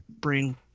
bring